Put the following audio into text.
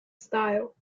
style